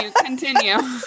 continue